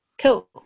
cool